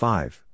Five